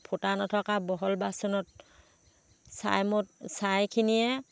ফুটা নথকা বহল বাচনত ছাই মদ ছাইখিনিয়ে